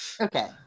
Okay